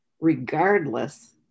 regardless